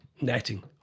netting